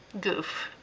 goof